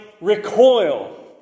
recoil